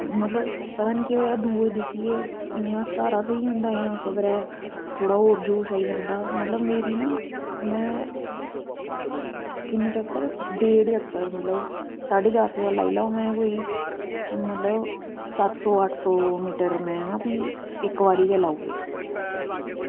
मतलब पता निं केह् होआ दूए गी दिक्खियै इंया स्हारा थ्होई जंदा खबरै थोह्ड़ा होर जोश आई जंदा मतलब मेरी ना में किन्ने चक्कर दो चक्कर मतलब साढ़े चार सौ दा में लाई लेआ कोई ते मतलब सत्त सौ अट्ठ सौ मीटर में ना भी इक्क बारी गै लाई ओड़ेआ